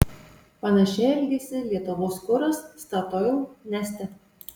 panašiai elgėsi lietuvos kuras statoil neste